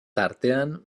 tartean